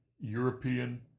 European